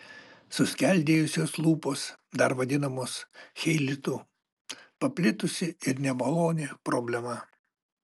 suskeldėjusios lūpos dar vadinamos cheilitu paplitusi ir nemaloni problema